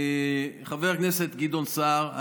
חבר כנסת גדעון סער,